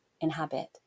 inhabit